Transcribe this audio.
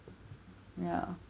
ya